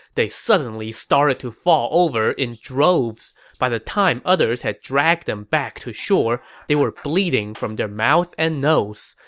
they suddenly started to fall over in droves. by the time others had dragged them back to shore, they were bleeding from their mouth and nose,